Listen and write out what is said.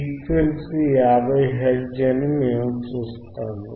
frequency 50 hertz అని మేము చూస్తాము